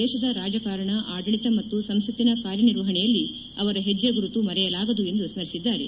ದೇಶದ ರಾಜಕಾರಣ ಆದಳಿತ ಮತ್ತು ಸಂಸತ್ತಿನ ಕಾರ್ಯನಿರ್ವಹಣೆಯಲ್ಲಿ ಅವರ ಹೆಜ್ಜೆ ಗುರುತು ಮರೆಯಲಾಗದು ಎಂದು ಸ್ಮರಿಸಿದ್ದಾರೆ